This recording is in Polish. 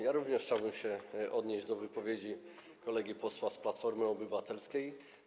Ja również chciałbym się odnieść do wypowiedzi kolegi posła z Platformy Obywatelskiej.